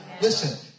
Listen